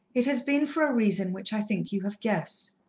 it has been for a reason which i think you have guessed.